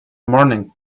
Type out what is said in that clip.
morning